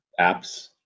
apps